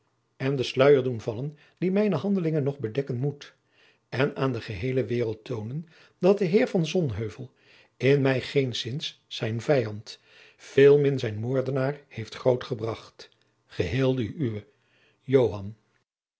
en den sluijer doen vallen die mijne handelingen nog bedekken moet en aan de geheele waereld toonen dat de heer van sonheuvel in mij geenszins zijn vijand veelmin zijn moordenaar heeft grootgebracht geheel de uwe